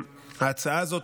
ההצעה הזאת,